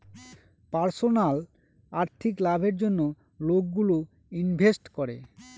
personal আর্থিক লাভের জন্য লোকগুলো ইনভেস্ট করে